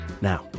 Now